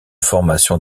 formation